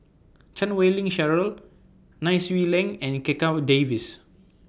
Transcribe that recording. Chan Wei Ling Cheryl Nai Swee Leng and Checha Davies